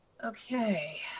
Okay